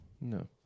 No